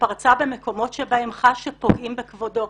שפרצה במקומות שבהם חש שפוגעים בכבודו,